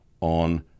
on